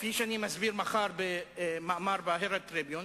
כפי שאני מסביר מחר במאמר ב"הרלד טריביון"